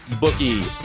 bookie